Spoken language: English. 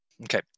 Okay